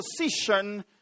position